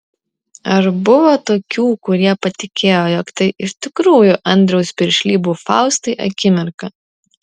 ar buvo tokių kurie patikėjo jog tai iš tikrųjų andriaus piršlybų faustai akimirka